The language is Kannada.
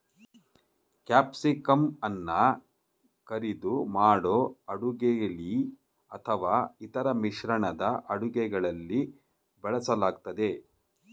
ಕ್ಯಾಪ್ಸಿಕಂಅನ್ನ ಕರಿದು ಮಾಡೋ ಅಡುಗೆಲಿ ಅಥವಾ ಇತರ ಮಿಶ್ರಣದ ಅಡುಗೆಗಳಲ್ಲಿ ಬಳಸಲಾಗ್ತದೆ